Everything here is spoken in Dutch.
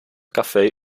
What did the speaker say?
café